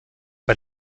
bei